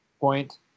point